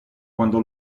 cuando